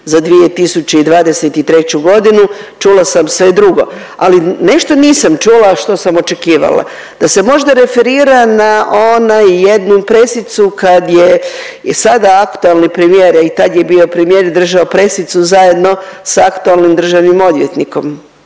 za 2023.g., čula sam sve drugo. Ali nešto nisam čula, a što sam očekivala, da se možda referira na onu jednu pressicu kad je i sada aktualni premijer, a i tad je bio premijer, držao pressicu zajedno s aktualnim državnim odvjetnikom.